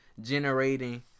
generating